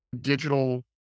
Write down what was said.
digital